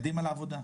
קדימה לעבודה.